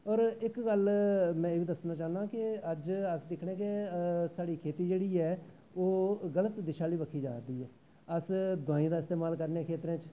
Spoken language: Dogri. और इक गल्ल में एह् बी दस्सना चाह्न्ना कि अस एह् बी दिक्खनें कि साढ़ी खेत्ती बाड़ी जेह्ड़ी ऐ गल्त दिशा आह्ली बक्खी जीा दी ऐ अस दवाई दा इस्तेमाल करने खेत्तरैं च